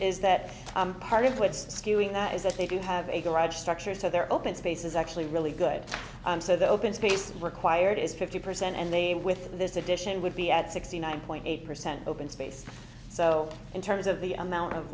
is that part of what's skewing that is that they do have a garage structure so their open space is actually really good and so the open space required is fifty percent and they with this addition would be at sixty nine point eight percent open space so in terms of the amount of